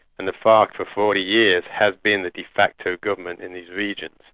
and the farc for forty years has been the de facto government in these regions.